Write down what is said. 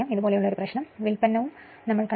വ്യുൽപ്പന്നവും കണ്ടു